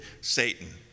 Satan